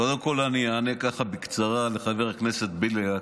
קודם כול, אני אענה ככה בקצרה לחבר הכנסת בליאק.